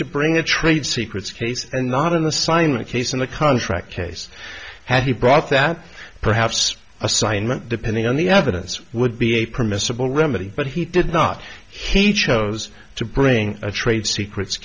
to bring a trade secrets case and not an assignment case in the contract case had he brought that perhaps assignment depending on the evidence would be a permissible remedy but he did not he chose to bring a trade secrets